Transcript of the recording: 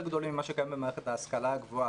גדולים ממה שקיים במערכת ההשכלה הגבוהה.